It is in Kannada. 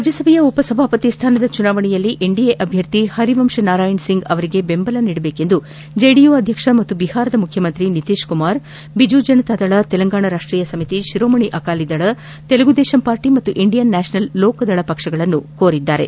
ರಾಜ್ಞಸಭೆಯ ಉಪಸಭಾಪತಿ ಸ್ಥಾನದ ಚುನಾವಣೆಯಲ್ಲಿ ಎನ್ಡಿಎ ಅಭ್ಯರ್ಥಿ ಹರಿವಂಶ್ ನಾರಾಯಣ್ ಸಿಂಗ್ ಅವರಿಗೆ ಬೆಂಬಲ ನೀಡುವಂತೆ ಜೆಡಿಯು ಅಧ್ಯಕ್ಷ ಹಾಗೂ ಬಿಹಾರದ ಮುಖ್ಯಮಂತ್ರಿ ನಿತೀಶ್ಕುಮಾರ್ ಬಿಜು ಜನತಾದಳ್ ತೆಲಂಗಾಣ ರಾಷ್ಷೀಯ ಸಮಿತಿ ಶಿರೋಮಣಿ ಅಕಾಲಿದಳ್ ತೆಲಗು ದೇಶಂ ಪಾರ್ಟ ಹಾಗೂ ಇಂಡಿಯನ್ ನ್ಯಾಷನಲ್ ಲೋಕದಳ್ ಪಕ್ಷಗಳನ್ನು ಕೋರಿದ್ದಾರೆ